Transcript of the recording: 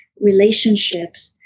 relationships